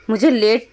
مجھے لیٹ